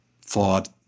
thought